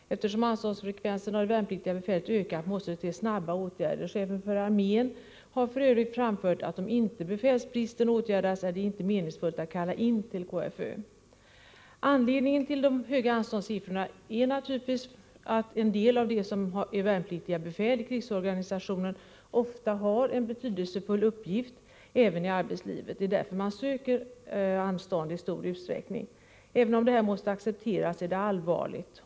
Eftersom anståndsfrekvensen för det värnpliktiga befälet ökat, måste det till snara åtgärder. Chefen för armén har f.ö. framfört, att om inte befälsbristen åtgärdas, är det inte meningsfullt att kalla in till krigsförbandsövningar. Anledningen till de höga anståndssiffrorna är naturligtvis till en del att de som är värnpliktiga befäl i krigsorganisationen ofta har en betydelsefull uppgift även i arbetslivet. Det är därför man söker anstånd i stor utsträckning. Även om detta måste accepteras är det allvarligt.